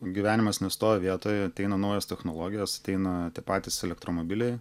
gyvenimas nestovi vietoje ateina naujos technologijos ateina patys elektromobiliai